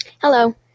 Hello